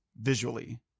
visually